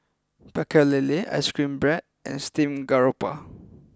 Pecel Lele Ice Cream Bread and Steamed Garoupa